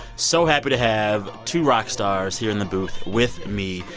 so happy to have two rock stars here in the booth with me,